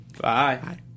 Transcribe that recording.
Bye